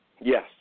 Yes